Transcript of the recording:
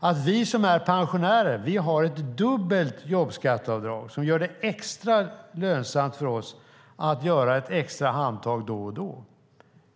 att vi som är pensionärer har ett dubbelt jobbskatteavdrag som gör det extra lönsamt för oss att göra ett extra handtag då och då.